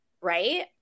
right